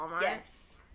yes